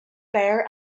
bear